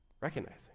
recognizing